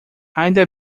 ainda